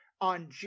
on